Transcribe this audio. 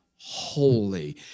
holy